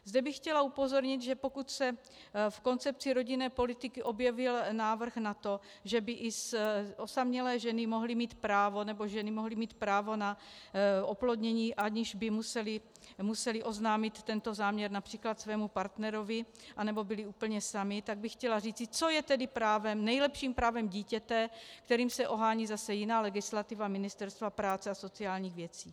Zde bych chtěla upozornit, že pokud se v koncepci rodinné politiky objevil návrh na to, že by i osamělé ženy mohly mít právo, nebo ženy mohly mít právo na oplodnění, aniž by musely oznámit tento záměr například svému partnerovi, anebo byly úplně samy, tak bych chtěla říci, co je tedy nejlepším právem dítěte, kterým se ohání zase jiná legislativa Ministerstva práce a sociálních věcí.